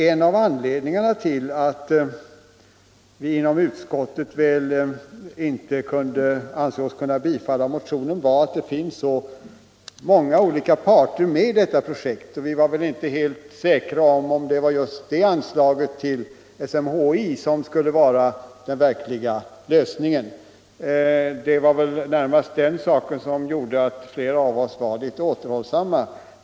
En av anledningarna till att vi inom utskottet inte ansåg oss kunna bifalla motionen var att det finns så många olika parter med i detta projekt. Vi var inte helt säkra på om det var en höjning just av anslaget till SMHI som skulle vara den verkliga lösningen. Det var närmast det som gjorde att flera av oss var litet återhållsamma.